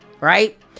right